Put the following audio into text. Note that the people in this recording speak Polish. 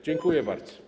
Dziękuję bardzo.